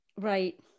right